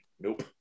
Nope